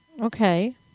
Okay